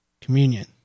communion